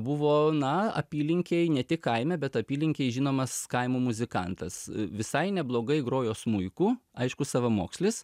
buvo na apylinkėj ne tik kaime bet apylinkėj žinomas kaimo muzikantas visai neblogai grojo smuiku aišku savamokslis